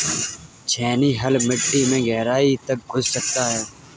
छेनी हल मिट्टी में गहराई तक घुस सकता है